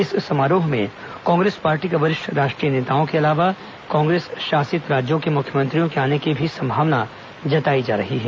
इस समारोह में कांग्रेस पार्टी के वरिष्ठ राष्ट्रीय नेताओं के अलावा कांग्रेस शॉसित अन्य राज्यों के मुख्यमंत्रियों के आने की भी संभावना जताई जा रही है